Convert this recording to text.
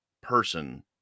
person